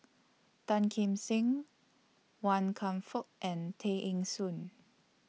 Tan Kim Seng Wan Kam Fook and Tay Eng Soon